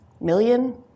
million